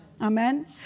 Amen